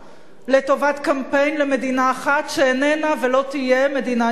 לטובת קמפיין למדינה אחת שאיננה ולא תהיה מדינה יהודית.